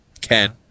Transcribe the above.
Ken